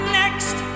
next